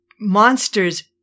monsters